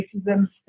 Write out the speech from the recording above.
racism